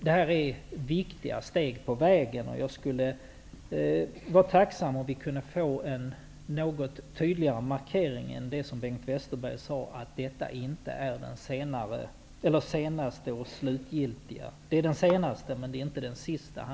Det här är viktiga steg på vägen, och jag skulle vara tacksam om vi kunde få en markering som är något tydligare än det som Bengt Westerberg sade, nämligen att denna handikappreform är den senaste men inte den sista.